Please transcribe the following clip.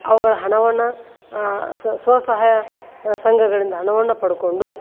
ಅವುಗಳ ಹಣವನ್ನು ಸ್ವ ಸಹಾಯ ಸಂಘಗಳಿಂದ ಹಣವನ್ನು ಪಡಕೊಂಡು